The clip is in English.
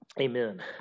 Amen